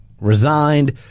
resigned